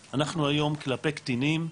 הקטינים, אנחנו היום כלפי קטינים,